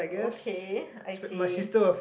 okay I see